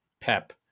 Pep